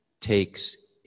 takes